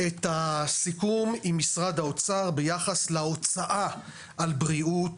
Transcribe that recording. את הסיכום עם משרד האוצר ביחס להוצאה על בריאות,